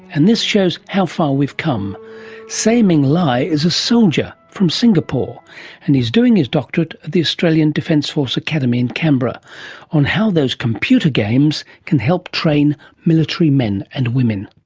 and this shows how far we've come seimeng lai is a soldier from singapore and he's doing his doctorate at the australian defence force academy in canberra on how those computer games can help train military men and women.